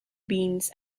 beans